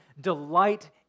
delight